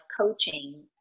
coaching